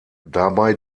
dabei